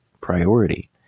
priority